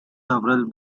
several